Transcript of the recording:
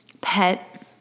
pet